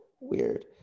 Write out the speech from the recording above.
weird